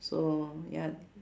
so ya